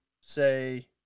say